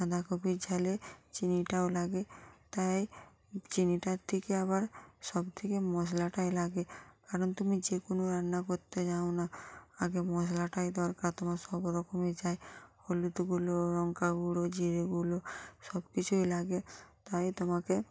বাঁধাকপির ঝালে চিনিটাও লাগে তাই চিনিটার থেকে আবার সবথেকে মশলাটাই লাগে কারণ তুমি যে কোনো রান্না করতে যাও না আগে মশলাটাই দরকার তোমার সব রকমই যাই হলুদ গুঁড়ো লঙ্কা গুঁড়ো জিরে গুঁড়ো সব কিছুই লাগে তাই তোমাকে